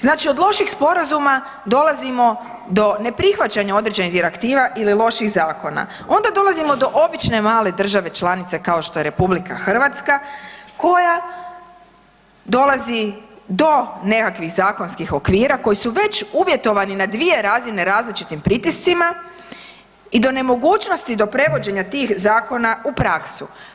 Znači od loših sporazuma dolazimo do neprihvaćanja određenih direktiva ili loših zakona, onda dolazimo do obične male države članice, kao što je Republika Hrvatska koja dolazi do nekakvih zakonskih okvira koji su već uvjetovani na dvije razine različitim pritiscima i do ne mogućnosti do prevođenja tih zakona u praksa.